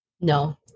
No